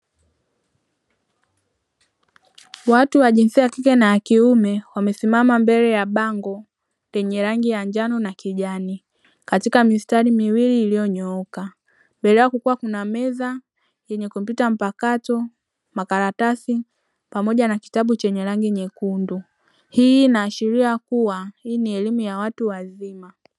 Watu wa jinsia ya kike na yakiume wamesimama mbele ya bango lenye rangi ya njano na kijani katika mistari miwili iliyo nyooka mbele yao kukiwa kuna meza yenye kompyuta mpakato, makaratasi pamoja na kitabu chenye rangi nyekundu hii inaashiria kuwa hii ni elimu ya watu wazima.